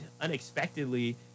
unexpectedly